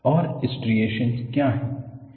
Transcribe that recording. और स्ट्रिएशनस क्या हैं